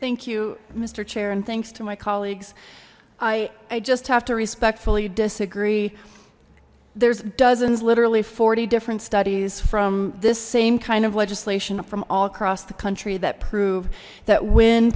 thank you mister chair and thanks to my colleagues i i just have to respectfully disagree there's dozens literally forty different studies from this same kind of legislation from all across the country that proved that w